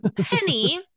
Penny